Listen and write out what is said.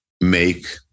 make